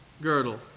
girdle